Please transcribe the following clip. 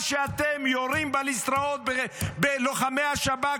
שאתם יורים בבליסטראות בלוחמי השב"כ,